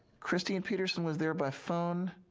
christine peterson was there by phone.